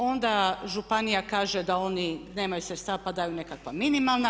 Onda županija kaže da oni nemaju sredstava pa daju nekakva minimalna.